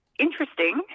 Interesting